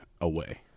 away